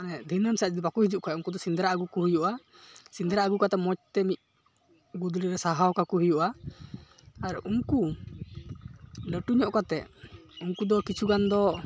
ᱢᱟᱱᱮ ᱫᱷᱤᱱᱟᱹᱱ ᱥᱮᱫ ᱫᱚ ᱵᱟᱠᱚ ᱦᱤᱡᱩᱜ ᱠᱷᱟᱡ ᱩᱱᱠᱩ ᱫᱚ ᱥᱮᱸᱫᱽᱨᱟ ᱟᱹᱜᱩᱠᱚ ᱦᱩᱭᱩᱜᱼᱟ ᱥᱮᱸᱫᱽᱨᱟ ᱟᱹᱜᱩ ᱠᱟᱛᱮᱫ ᱢᱚᱡᱽᱛᱮ ᱜᱩᱫᱽᱲᱤᱨᱮ ᱥᱟᱦᱟᱣ ᱠᱟᱠᱚ ᱦᱩᱭᱩᱜᱼᱟ ᱟᱨ ᱩᱱᱠᱩ ᱞᱟᱹᱴᱩᱧᱚᱜ ᱠᱟᱛᱮᱫ ᱩᱱᱠᱩ ᱫᱚ ᱠᱤᱪᱷᱩᱜᱟᱱ ᱫᱚ